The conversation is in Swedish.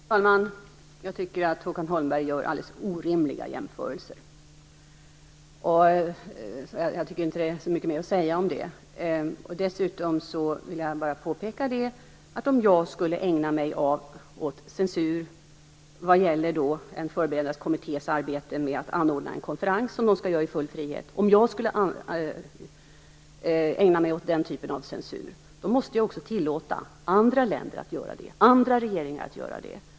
Herr talman! Jag tycker att Håkan Holmberg gör alldeles orimliga jämförelser. Det finns inte så mycket mer att säga om det. Dessutom vill jag bara påpeka att om jag skulle ägna mig åt censur när det gäller en förberedande kommittés arbete med att anordna en konferens, måste jag också tillåta andra länder och regeringar att göra det.